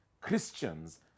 Christians